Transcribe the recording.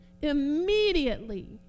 Immediately